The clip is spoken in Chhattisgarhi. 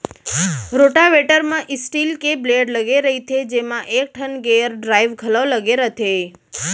रोटावेटर म स्टील के ब्लेड लगे रइथे जेमा एकठन गेयर ड्राइव घलौ लगे रथे